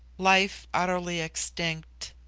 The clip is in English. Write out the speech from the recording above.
life utterly extinct.